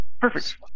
Perfect